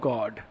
God